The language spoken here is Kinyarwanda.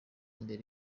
imbere